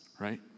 right